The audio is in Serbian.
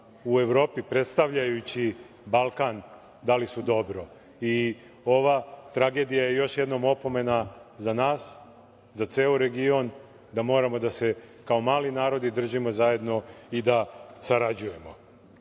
u Evropi predstavljajući Balkan da li su dobro. Ova tragedija je još jednom opomena za nas, za ceo region, da moramo da se kao mali narodi držimo zajedno i da sarađujemo. Danas